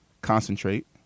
Concentrate